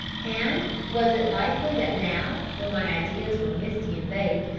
and was it likely that now, when my ideas were misty and vague,